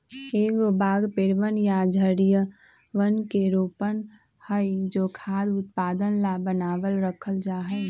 एगो बाग पेड़वन या झाड़ियवन के रोपण हई जो खाद्य उत्पादन ला बनावल रखल जाहई